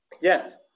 Yes